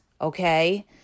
okay